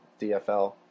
DFL